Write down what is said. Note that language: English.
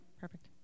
Perfect